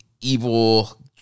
evil